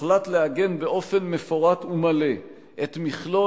הוחלט לעגן באופן מפורט ומלא את מכלול